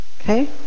Okay